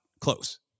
close